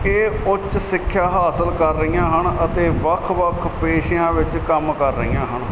ਇਹ ਉੱਚ ਸਿੱਖਿਆ ਹਾਸਿਲ ਕਰ ਰਹੀਆਂ ਹਨ ਅਤੇ ਵੱਖ ਵੱਖ ਪੇਸ਼ਿਆਂ ਵਿੱਚ ਕੰਮ ਕਰ ਰਹੀਆਂ ਹਨ